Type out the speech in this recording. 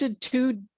two